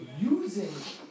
using